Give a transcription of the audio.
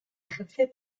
ejerce